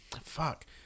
Fuck